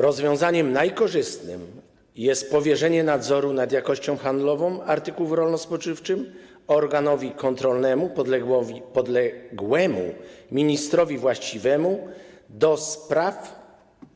Rozwiązaniem najkorzystniejszym jest powierzenie nadzoru nad jakością handlową artykułów rolno-spożywczych organowi kontrolnemu podległemu ministrowi właściwemu do spraw